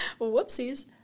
Whoopsies